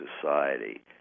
society